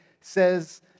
says